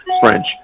French